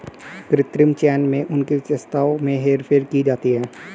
कृत्रिम चयन में उनकी विशेषताओं में हेरफेर की जाती है